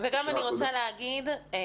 תודה רבה.